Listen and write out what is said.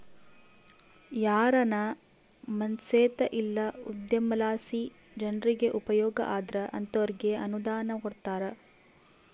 ಯಾರಾನ ಮನ್ಸೇತ ಇಲ್ಲ ಉದ್ಯಮಲಾಸಿ ಜನ್ರಿಗೆ ಉಪಯೋಗ ಆದ್ರ ಅಂತೋರ್ಗೆ ಅನುದಾನ ಕೊಡ್ತಾರ